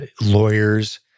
lawyers